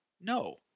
no